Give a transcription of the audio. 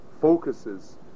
focuses